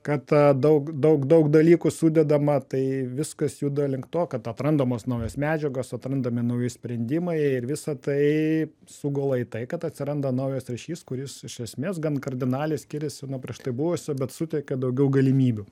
kad daug daug daug dalykų sudedama tai viskas juda link to kad atrandamos naujos medžiagos atrandami nauji sprendimai ir visa tai sugula į tai kad atsiranda naujas ryšys kuris iš esmės gan kardinaliai skiriasi nuo prieš tai buvusio bet suteikia daugiau galimybių